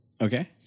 Okay